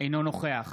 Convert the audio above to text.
אינו נוכח